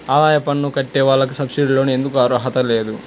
ఆదాయ పన్ను కట్టే వాళ్లకు సబ్సిడీ లోన్ ఎందుకు అర్హత లేదు?